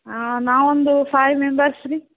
ಆಂ ನಾವೊಂದು five members ರೀ